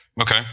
Okay